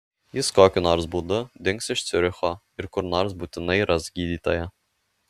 jis kokiu nors būdu dings iš ciuricho ir kur nors būtinai ras gydytoją